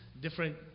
different